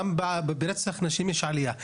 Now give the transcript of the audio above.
גם ברצח נשים יש עלייה.